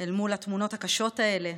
אל מול התמונות הקשות האלה,